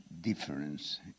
difference